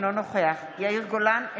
אינו נוכח יאיר גולן,